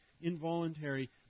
involuntary